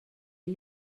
ell